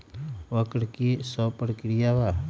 वक्र कि शव प्रकिया वा?